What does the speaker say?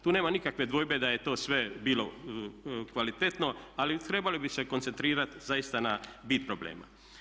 Tu nema nikakve dvojbe da je to sve bilo kvalitetno ali trebali bi se koncentrirati zaista na bit problema.